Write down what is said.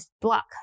block